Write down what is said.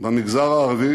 במגזר הערבי